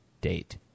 date